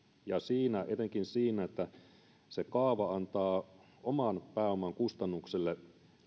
ja etenkin siinä että se kaava antaa oman pääoman kustannuksille